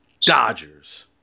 Dodgers